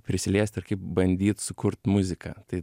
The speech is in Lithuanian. prisiliest ir bandyt sukurt muziką tai